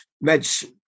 medicine